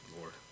Lord